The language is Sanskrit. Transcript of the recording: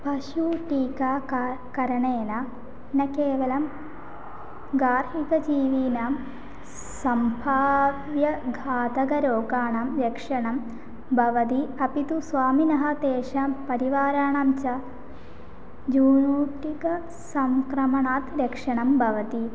पशुटीका का करणेन न केवलं गार्हिकजीवीनां सम्भाव्यघातकरोगाणां रक्षणं भवति अपि तु स्वामिनः तेषां परिवाराणां च जूनूटिकसङ्क्रमणात् रक्षणं भवति